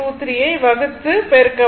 23 ஐ வகுத்து பெருக்கவும்